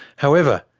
however,